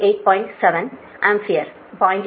7 ampere 0